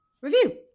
review